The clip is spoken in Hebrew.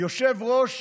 יושב-ראש